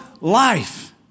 life